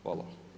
Hvala.